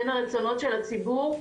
בין הרצונות של הציבור,